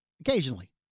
occasionally